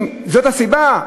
אם זאת הסיבה,